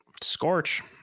Scorch